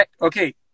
okay